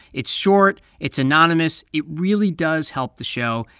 it's short. it's anonymous. it really does help the show.